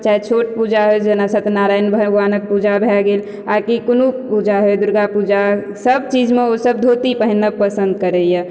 चाहे छोट पूजा होइ जेना सत्यनारायण भगवानक पूजा भए गेल आ कि कोनो पूजा होइ दुर्गापूजा सब चीजमे ओ सब धोती पहिनब पसन्द करैया